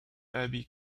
abbey